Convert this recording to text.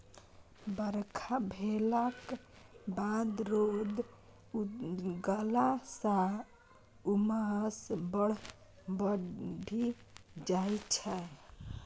बरखा भेलाक बाद रौद उगलाँ सँ उम्मस बड़ बढ़ि जाइ छै